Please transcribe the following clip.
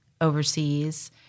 overseas